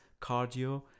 cardio